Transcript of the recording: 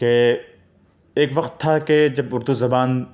کہ ایک وقت تھا کہ جب اردو زبان